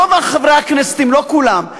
רוב חברי הכנסת אם לא כולם,